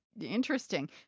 interesting